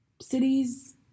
cities